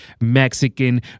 Mexican